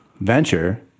venture